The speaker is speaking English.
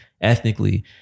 ethnically